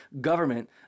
government